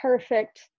perfect